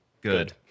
Good